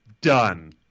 done